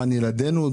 למען ילדינו,